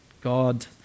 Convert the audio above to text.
God